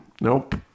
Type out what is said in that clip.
Nope